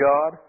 God